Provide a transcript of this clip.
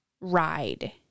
ride